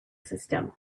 system